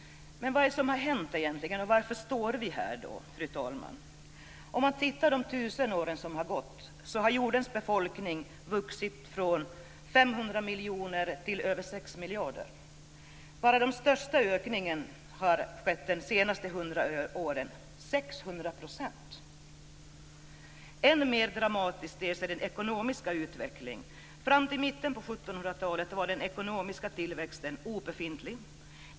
Vad är det som har hänt, egentligen, och varför står vi här, fru talman? Om man tittar på de tusen år som har gått ser man att jordens befolkning har vuxit från 500 miljoner till över 6 miljarder. Den största ökningen har skett de senaste hundra åren - 600 %. Än mer dramatisk ter sig den ekonomiska utvecklingen. Fram till mitten på 1700-talet var den ekonomiska tillväxten obefintlig.